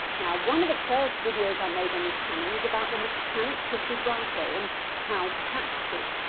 now one of the first videos i made on this channel was about the mechanics of vibrato and how to practice it,